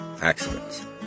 accidents